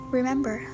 Remember